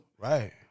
Right